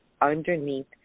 underneath